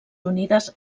unides